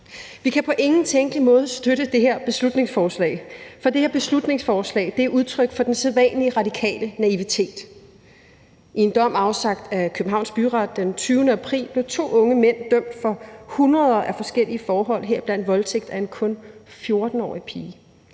Vi kan på ingen tænkelig måde støtte det her beslutningsforslag, for det her beslutningsforslag er udtryk for den sædvanlige radikale naivitet. I en dom afsagt af Københavns Byret den 20. april blev to unge mænd dømt for hundreder af forskellige forhold, heriblandt voldtægt af en kun 14-årig pige.